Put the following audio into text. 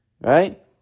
right